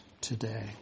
today